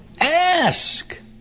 Ask